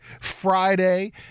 Friday